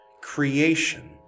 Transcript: Creation